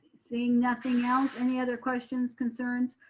seeing nothing else, any other questions, concerns?